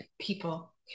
people